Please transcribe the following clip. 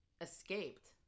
escaped